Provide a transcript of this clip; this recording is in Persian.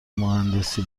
مهندسی